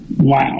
Wow